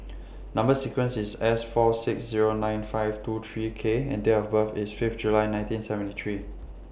Number sequence IS S four six Zero nine five two three K and Date of birth IS Fifth July nineteen seventy three